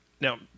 Now